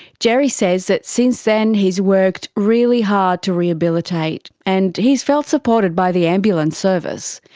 gerry says that since then he's worked really hard to rehabilitate. and he's felt supported by the ambulance service.